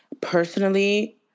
personally